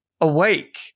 awake